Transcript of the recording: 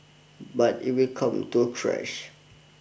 but it will come to a crash